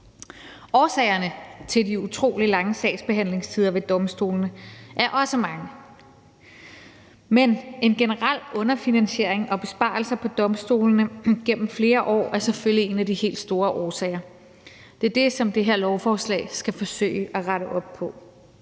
Årsagerne til de utrolig lange sagsbehandlingstider ved domstolene er også mange. Men en generel underfinansiering og besparelser på domstolene gennem flere år er selvfølgelig en af de helt store årsager. Det er det, som det her lovforslag skal forsøge at rette op på.